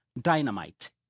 dynamite